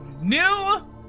New